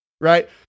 right